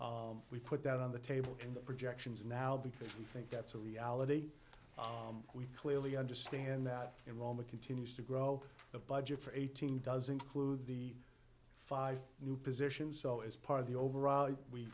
budget we put that on the table can the projections now because we think that's a reality we clearly understand that in roma continues to grow the budget for eighteen does include the five new positions so as part of the overall we